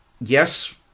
Yes